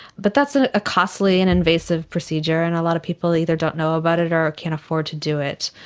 but that's ah a costly and invasive procedure, and a lot of people either don't know about it or can't afford to do it.